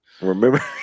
Remember